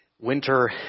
winter